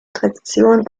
tradition